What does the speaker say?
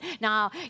Now